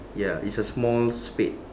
ya it's a small spade